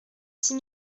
six